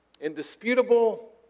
indisputable